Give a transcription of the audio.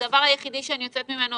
אגב, הדבר היחידי שאני יוצאת ממנו